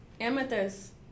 Amethyst